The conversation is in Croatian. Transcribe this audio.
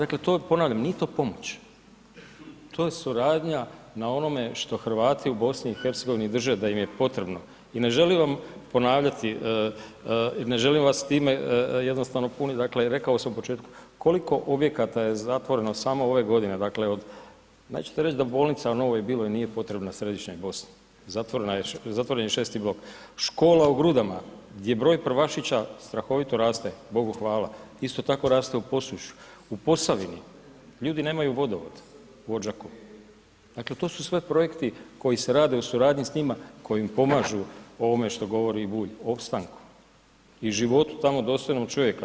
Dakle, to ponavljam, nije to pomoć to je suradnja na onome što Hrvati u BiH drže da im je potrebno i ne želim vam ponavljati, ne želim vas s time jednostavno puniti, dakle reko sam u početku koliko je objekata zatvoreno samo ove godine, dakle od, nećete reći da bolnica Novoj Bili nije potrebna Središnjoj Bosni, zatvoren je 6 blok, škola u Grudama gdje broj prvašića strahovito raste, Bogu hvala isto tako raste u Posušju, u Posavini ljudi nemaju vodovod u Odžaku, dakle to su sve projekti koji se rade u suradnji s njima koji ima pomažu ovome što govori Bulj, opstanku i životu tamo dostojnog čovjeka.